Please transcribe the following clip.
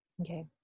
Okay